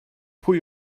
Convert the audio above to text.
pwy